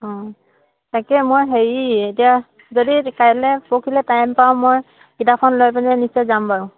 অঁ তাকে মই হেৰি এতিয়া যদি কাইলৈ পৰহিলৈ টাইম পাওঁ মই কিতাপখন লৈ পেলাই নিশ্চয় যাম বাৰু